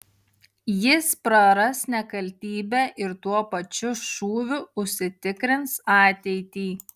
jis praras nekaltybę ir tuo pačiu šūviu užsitikrins ateitį